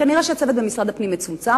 נראה שהצוות במשרד הפנים מצומצם,